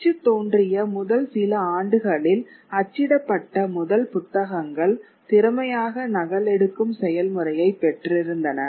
அச்சு தோன்றிய முதல் சில ஆண்டுகளில் அச்சிடப்பட்ட முதல் புத்தகங்கள் திறமையாக நகலெடுக்கும் செயல்முறையை பெற்றிருந்தன